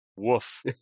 woof